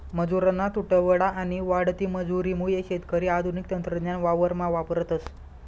मजुरना तुटवडा आणि वाढती मजुरी मुये शेतकरी आधुनिक तंत्रज्ञान वावरमा वापरतस